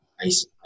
ice